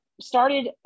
started